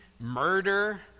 murder